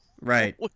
Right